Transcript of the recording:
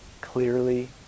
clearly